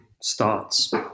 starts